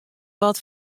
wat